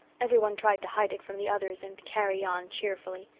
every one tried to hide it from the others and carry on cheerfully.